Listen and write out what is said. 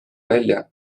välja